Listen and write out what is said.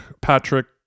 Patrick